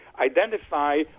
identify